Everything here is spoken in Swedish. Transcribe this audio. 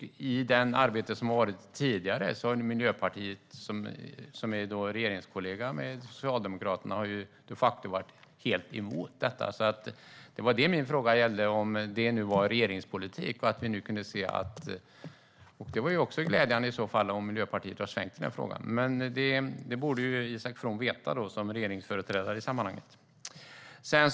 I det arbete som har gjorts tidigare har Miljöpartiet, som är regeringskollega med Socialdemokraterna, de facto varit helt emot detta. Det var det min fråga gällde, alltså om det är regeringspolitik. Det är ju glädjande om Miljöpartiet nu har svängt i den frågan. Det borde Isak From, som regeringsföreträdare i det här sammanhanget, veta.